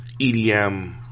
EDM